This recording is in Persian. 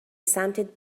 سمتت